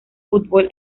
fútbol